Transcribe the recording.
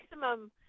maximum